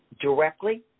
directly